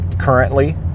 currently